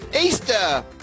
Easter